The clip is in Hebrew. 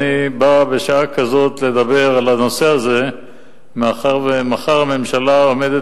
אני בא בשעה כזאת לדבר על הנושא הזה מאחר שמחר הממשלה עומדת